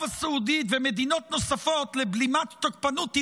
עם ערב הסעודית ומדינות נוספות לבלימת תוקפנות איראנית,